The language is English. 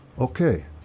Okay